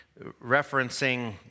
referencing